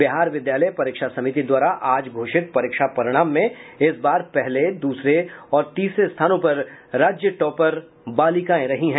बिहार विद्यालय परीक्षा समिति द्वारा आज घोषित परीक्षा परिणाम में इस बार पहले दूसरे और तीसरे स्थानों पर राज्य टॉपर बालिकाएं रहीं हैं